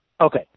Okay